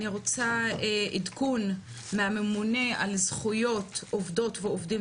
אני רוצה עדכון מהממונה על זכויות עובדות ועובדים